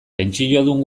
pentsiodun